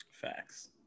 Facts